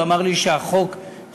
והוא אמר לי שהחוק חשוב.